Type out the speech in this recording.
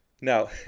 Now